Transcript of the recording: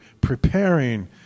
preparing